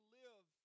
live